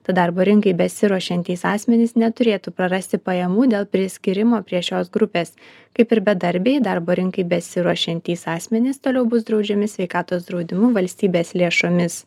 tad darbo rinkai besiruošiantys asmenys neturėtų prarasti pajamų dėl priskyrimo prie šios grupės kaip ir bedarbiai darbo rinkai besiruošiantys asmenys toliau bus draudžiami sveikatos draudimu valstybės lėšomis